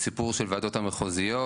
סיפור של הוועדות המחוזיות,